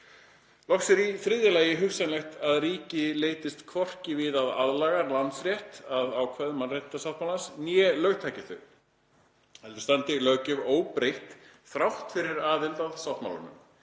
Loks er í þriðja lagi hugsanlegt að ríki leitist hvorki við að aðlaga landsrétt að ákvæðum mannréttindasáttmálans né lögtaki þau, heldur standi löggjöf óbreytt þrátt fyrir aðild að sáttmálanum.